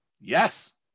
Yes